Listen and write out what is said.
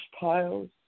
piles